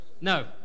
No